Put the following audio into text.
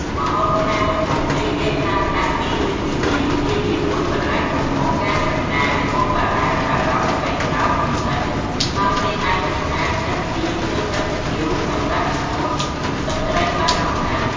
ម្ហូបឆាមួយមុខនេះគេប្រើប្រាស់មី ឬគុយទាវ លាយជាមួយបន្លែគ្រប់មុខ ផ្កាខាត់ណា ពោតបារាំង ការ៉ុត ស្ពៃក្ដោប និងផ្សិត ហើយគេអាចបន្ថែម ទឹកសៀង ឬទឹកស៊ីអ៉ីវ សម្រាប់ជំនួសទឹកត្រីបានផងដែរ។